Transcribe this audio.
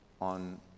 on